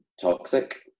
toxic